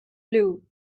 blew